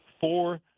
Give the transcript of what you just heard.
four